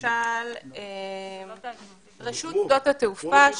למשל רשות שדות התעופה,